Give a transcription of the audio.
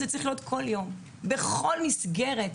זה צריך כל יום ובכל מסגרת.